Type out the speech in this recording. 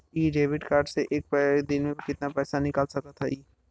इ debit card से एक दिन मे कितना पैसा निकाल सकत हई?